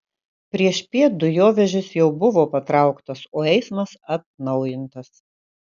priešpiet dujovežis jau buvo patrauktas o eismas atnaujintas